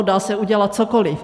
Dá se udělat cokoli.